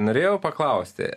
norėjau paklausti